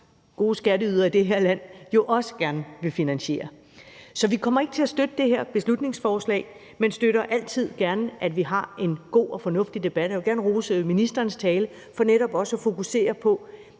gode skatteydere i det her land også gerne vil finansiere. Så vi kommer ikke til at støtte det her beslutningsforslag, men støtter altid gerne, at vi har en god og fornuftig debat. Jeg vil gerne rose ministerens tale for netop også at fokusere på,